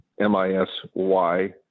MISY